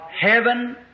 heaven